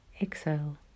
Exhale